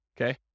okay